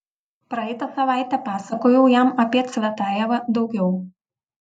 praeitą savaitę pasakojau jam apie cvetajevą daugiau